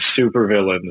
supervillains